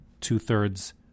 two-thirds